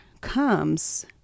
comes